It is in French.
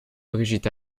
brigitte